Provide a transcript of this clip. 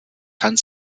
kann